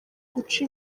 guca